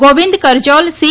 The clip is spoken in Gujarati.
ગોવિંદ કરજાલ સી